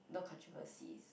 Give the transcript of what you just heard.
no controversies